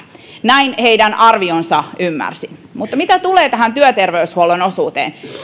näin heidän arvionsa ymmärsin mitä tulee tähän työterveyshuollon osuuteen